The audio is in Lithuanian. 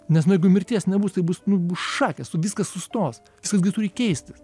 nes nu jeigu mirties nebus tai bus nu bus šakės nu viskas sustos jis gi turi keistis